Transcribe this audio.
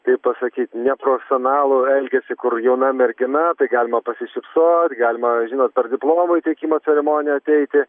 kaip pasakyt neprofesionalų elgesį kur jauna mergina tai galima pasišypsot galima žinot per diplomų įteikimo ceremoniją ateiti